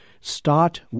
start